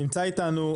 נמצא איתנו,